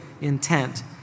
intent